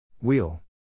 Wheel